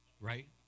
Right